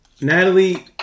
Natalie